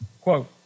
Quote